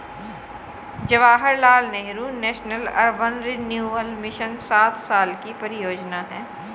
Jawaharlal Nehru national urban renewal mission सात साल की परियोजना है